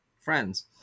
friends